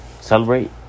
celebrate